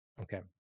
Okay